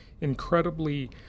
incredibly